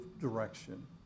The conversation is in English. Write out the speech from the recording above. direction